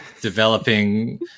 developing